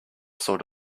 sort